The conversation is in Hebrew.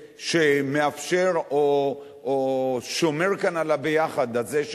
שמאפשר או שומר כאן על ה"ביחד" הזה.